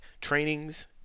trainings